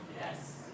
Yes